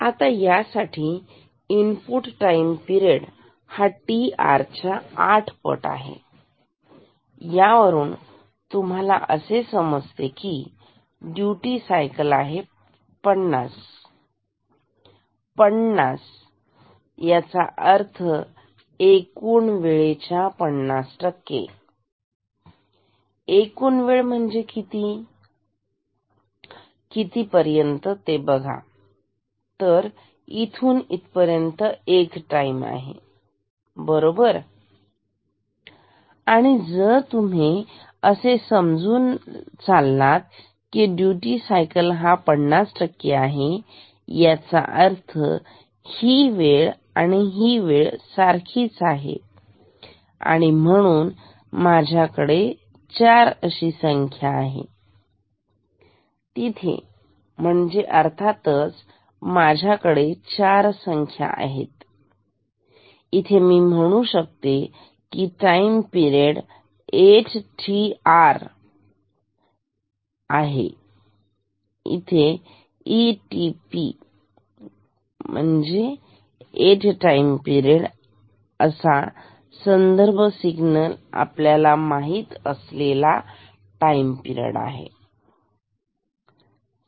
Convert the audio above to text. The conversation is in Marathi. तर आता या साठी इनपुट टाईम पिरेड हा tr च्या आठ पट आहे यावरून तुम्हाला असे समजते की ड्युटी सायकल आहे 50 50याचा अर्थ हे एकूण वेळेचा पन्नास टक्के आहे एकूण वेळ म्हणजे किती पर्यंत तरी बघा इथून इतपर्यंत एक टाइम आहे बरोबर आणि जर तुम्ही असे समजून झालात की ड्युटी सायकल हा 50 टक्के आहे याचा अर्थ ही वेळ आणि ही वेळ सारखीच आहे आणि म्हणून माझ्याकडे चार संख्या आहे तिथे म्हणजे अर्थातच माझ्याकडे चार संख्या आहेत इथे मी म्हणू शकते की टाईम पिरेड 8tr आहे इ टी पी आर म्हणजे संदर्भ सिग्नलच्या माहीत असलेला टाईम पिरेड आहे